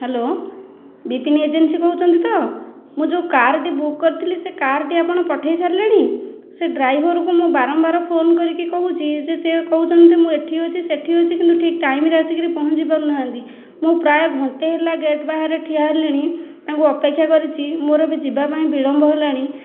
hello Bipin agency କହୁଛନ୍ତି ତ ମୁଁ ଯେଉଁ କାର୍ ଟି ବୁକ୍ କରିଥିଲି ସେ କାର୍ ଟି ଆପଣ ପଠେଇ ସାରିଲେଣି ସେ ଡ୍ରାଇଭରକୁ ମୁଁ ବାରମ୍ବାର ଫୋନ୍ କରିକି କହୁଛି ସିଏ କହୁଛନ୍ତି ମୁଁ ଏଇଠି ଅଛି ସେଇଠି ଅଛି ଠିକ ଟାଇମ୍ ରେ ଆସିକି ପହଞ୍ଚି ପାରୁନାହାନ୍ତି ମୁଁ ପ୍ରାୟ ଘଣ୍ଟାଏ ହେଲା ଗେଟ୍ ବାହାରେ ଠିଆ ହେଲିଣି ତାଙ୍କୁ ଅପେକ୍ଷା କରିଛି ମୋର ବି ଯିବାପାଇଁ ବିଳମ୍ବ ହେଲାଣି